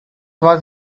was